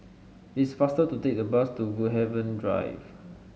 it's faster to take the bus to Woodhaven Drive